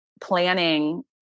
planning